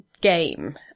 game